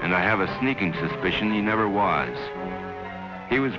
and i have a sneaking suspicion you never want he was